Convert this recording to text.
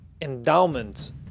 endowment